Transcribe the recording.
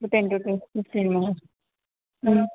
ten to fifteen minutes